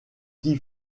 qui